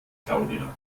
claudia